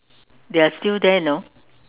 they are still there you know